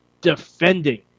defending